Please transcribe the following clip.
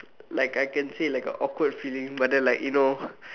like I can say like a awkward feeling but then like you know